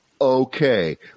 okay